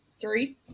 three